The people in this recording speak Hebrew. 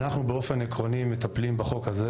אנחנו באופן עקרוני מטפלים בחוק הזה